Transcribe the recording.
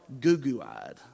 goo-goo-eyed